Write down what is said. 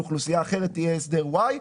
לאוכלוסייה אחרת יהיה הסדר וואי.